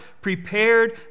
prepared